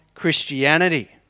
Christianity